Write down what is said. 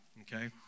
Okay